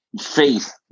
faith